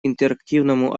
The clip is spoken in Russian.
интерактивному